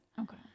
Okay